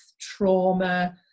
trauma